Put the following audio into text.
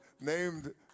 named